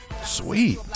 Sweet